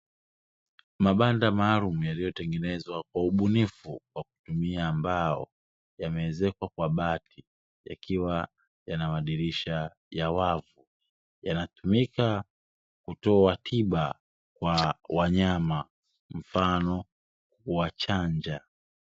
Mabanda maalumu yaliyotengenezwa kwa ubunifu kwa kutumia mbao, yameezekwa kwa bati yakiwa yana madirisha ya wavu, yanatumika kutoa tiba kwa wanyama mfano kuwachanja.